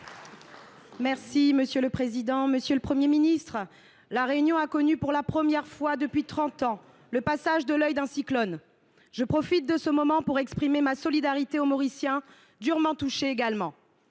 et Républicain. Monsieur le Premier ministre, La Réunion a connu pour la première fois depuis trente ans le passage de l’œil d’un cyclone. Je profite de ce moment pour exprimer ma solidarité aux Mauriciens, également durement